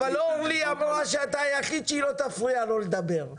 אורלי אמרה שאתה היחיד שהיא לא תפריע לו לדבר...